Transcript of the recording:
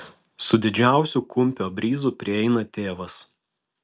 su didžiausiu kumpio bryzu prieina tėvas